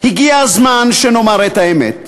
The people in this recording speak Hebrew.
הגיע הזמן שנאמר את האמת: